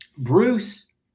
Bruce